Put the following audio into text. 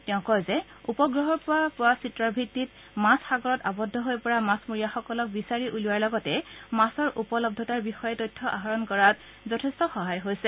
তেওঁ কয় যে উপগ্ৰহৰ পৰা পোৱা চিত্ৰৰ ভিত্তিত মাজ সাগৰত আৱদ্ধ হৈ পৰা মাছমৰীয়াসকলক বিচাৰি উলিওৱাৰ লগতে মাছৰ উপলব্ধতাৰ বিষয়ে তথ্য আহৰণ কৰাত যথেষ্ট সহায় হৈছে